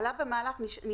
עלה במהלך הדיון,